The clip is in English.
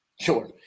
Sure